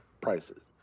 prices